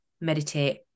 meditate